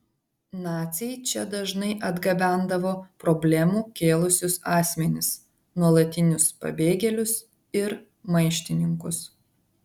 naciai čia dažnai atgabendavo problemų kėlusius asmenis nuolatinius pabėgėlius ir maištininkus